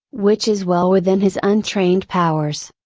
which is well within his untrained powers.